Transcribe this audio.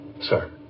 sir